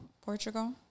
Portugal